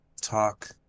talk